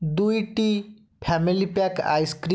ଦୁଇଟି family pack ice cream